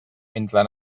entre